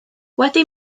wedi